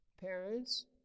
Parents